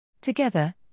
Together